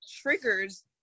Triggers